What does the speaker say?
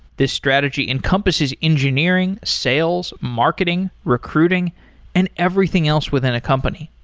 this strategy encompasses engineering, sales, marketing, recruiting and everything else within a company.